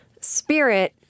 spirit